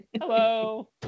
Hello